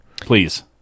please